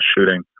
shooting